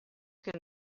que